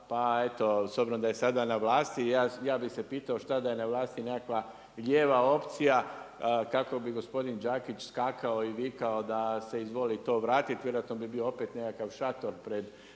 pa eto s obzirom da je sada na vlasti ja bi se pitao što da je na vlasti nekakva lijeva opcija kako bi gospodin Đakić skakao i vikao da se izvoli to vratiti, vjerojatno bi bio opet nekakav šator pred